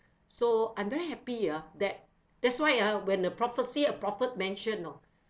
so I'm very happy ah that that's why ah when a prophecy a prophet mention you know